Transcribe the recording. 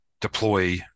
deploy